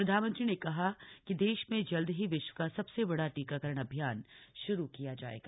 प्रधानमंत्री ने कहा कि देश में जल्द ही विश्व का सबसे बड़ा टीकाकरण अभियान शुरू किया जायेगा